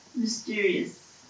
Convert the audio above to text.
mysterious